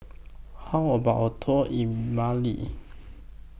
How about A Tour in Mali